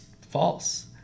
false